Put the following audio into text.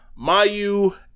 Mayu